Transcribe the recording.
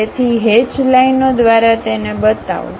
તેથી હેચ લાઇનો દ્વારા તેને બતાવો